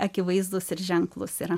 akivaizdūs ir ženklus yra